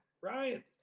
Ryan